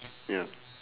ya